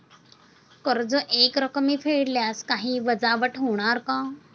कर्ज एकरकमी फेडल्यास काही वजावट होणार का?